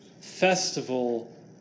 festival